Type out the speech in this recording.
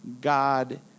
God